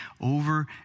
over